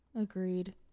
Agreed